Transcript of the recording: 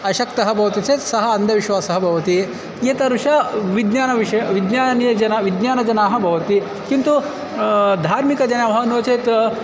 अशक्तः भवति चेत् सः अन्धविश्वासः भवति एतादृशः विज्ञानविषयः विज्ञानीयजनाः विज्ञानजनाः भवन्ति किन्तु धार्मिकजनाः वा नो चेत्